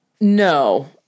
No